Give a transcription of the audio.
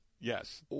yes